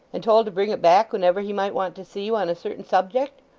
and told to bring it back whenever he might want to see you on a certain subject